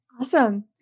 Awesome